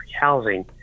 housing